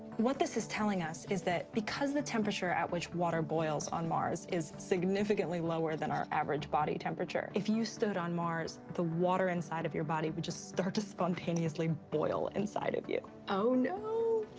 what this is telling us is that because the temperature at which water boils on mars is significantly lower than our average body temperature, if you stood on mars, the water inside of your body would just start to spontaneously boil inside of you. oh, no!